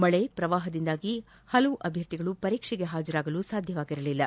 ಮಳೆ ಪ್ರವಾಹದಿಂದಾಗಿ ಹಲವು ಅಭ್ಯರ್ಥಿಗಳು ಪರೀಕ್ಷೆಗೆ ಹಾಜರಾಗಲು ಸಾಧ್ಯವಾಗಿರಲಿಲ್ಲ